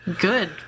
good